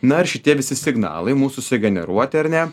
na ir šitie visi signalai mūsų sugeneruoti ar ne